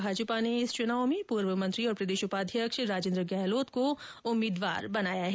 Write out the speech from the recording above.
भाजपा ने इस चुनाव में पूर्व मंत्री और प्रदेश उपाध्यक्ष राजेंद्र गहलोत को प्रत्याशी बनाया है